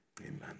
Amen